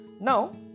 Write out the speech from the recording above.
Now